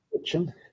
kitchen